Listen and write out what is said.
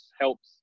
helps